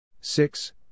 six